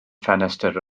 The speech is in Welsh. ffenestr